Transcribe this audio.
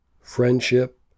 friendship